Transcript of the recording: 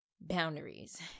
Boundaries